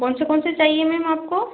कौन से कौन से चाहिए मैम आपको